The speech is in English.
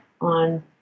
on